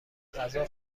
غذا